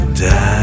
die